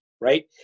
right